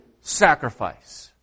sacrifice